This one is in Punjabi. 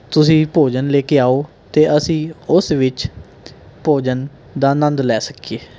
ਤੁਸੀਂ ਭੋਜਨ ਲੈ ਕੇ ਆਓ ਅਤੇ ਅਸੀਂ ਉਸ ਵਿੱਚ ਭੋਜਨ ਦਾ ਆਨੰਦ ਲੈ ਸਕੀਏ